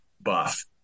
buff